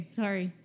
sorry